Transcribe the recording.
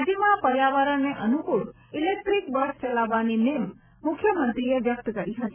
રાજ્યમાં પર્યાવરણને અનૂક્રળ ઇલેક્ટ્રીક બસ ચલાવવાની નેમ મુખ્યમંત્રીએ વ્યક્ત કરી હતી